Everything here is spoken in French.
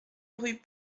rue